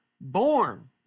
born